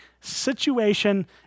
situation